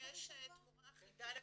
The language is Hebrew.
בראשון-לציון יש תמורה אחידה לכולם,